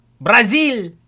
Brazil